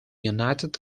united